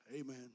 Amen